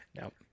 Nope